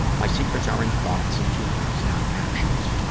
my secrets are in thoughts and feelings, not actions.